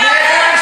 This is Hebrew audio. זה שקר גמור.